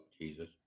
Jesus